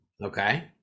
okay